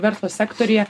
verslo sektoriuje